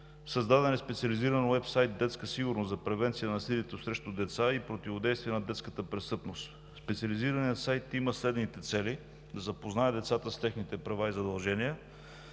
Създаден е специализиран уебсайт „Детска сигурност за превенция на насилието срещу деца и противодействие на детската престъпност“. Специализираният сайт има следните цели: - да запознае децата с техните права и задължения,